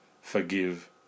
forgive